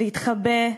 להתחבא,